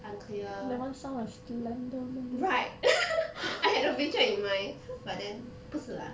unclear right I had a picture in mind but then 不是 lah